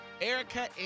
Erica